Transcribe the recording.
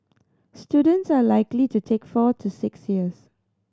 students are likely to take four to six years